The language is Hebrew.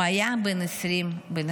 הוא היה בן 20 בנופלו.